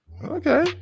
okay